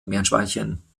meerschweinchen